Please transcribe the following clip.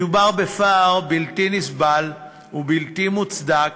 מדובר בפער בלתי נסבל ובלתי מוצדק,